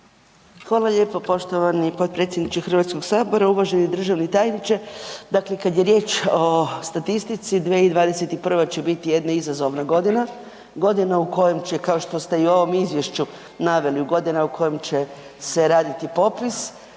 Hvala lijepo poštovani potpredsjedniče HS, uvaženi državni tajniče. Dakle, kad je riječ o statistici, 2021. će bit jedna izazovna godina, godina u kojem će, kao